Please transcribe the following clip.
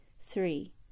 Three